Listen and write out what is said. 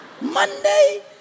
Monday